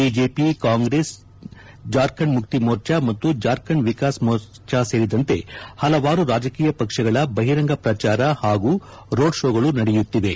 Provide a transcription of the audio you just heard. BJP Congress Jharkhand Mukti Morcha ಮತ್ತು ಜಾರ್ಖಂಡ್ ವಿಕಾಸ್ ಮೋರ್ಚಾ ಸೇರಿದಂತೆ ಹಲವಾರು ರಾಜಕೀಯ ಪಕ್ಷಗಳ ಬಹಿರಂಗ ಪ್ರಚಾರ ಹಾಗೂ ರೋಡ್ ಷೋಗಳು ನಡೆಯುತ್ತಿವೆ